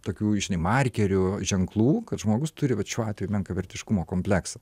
tokių žinai markerių ženklų kad žmogus turi vat šiuo atveju menkavertiškumo kompleksą